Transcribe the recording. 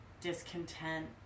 discontent